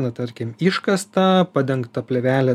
na tarkim iškasta padengta plėvele